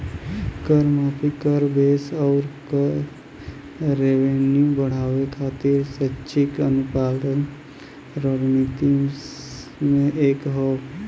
कर माफी, कर बेस आउर कर रेवेन्यू बढ़ावे खातिर स्वैच्छिक अनुपालन रणनीति में से एक हौ